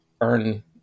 earn